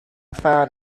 found